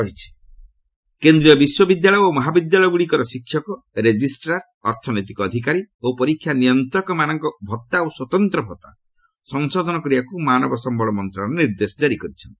teachers allowance କେନ୍ଦ୍ରୀୟ ବିଶ୍ୱବିଦ୍ୟାଳୟ ଓ ମହାବିଦ୍ୟାଳୟଗୁଡ଼ିକର ଶିକ୍ଷକ ରେଜିଷ୍ଟାର୍ ଅର୍ଥନୈତିକ ଅଧିକାରୀ ଓ ପରୀକ୍ଷା ନିୟନ୍ତକମାନଙ୍କ ଭତ୍ତା ଓ ସ୍ୱତନ୍ତ ଭତ୍ତା ସଂଶୋଧନ କରିବାକୁ ମାନବ ସମ୍ଭଳ ମନ୍ତ୍ରଣାଳୟ ନିର୍ଦ୍ଦେଶ ଜାରି କରିଛନ୍ତି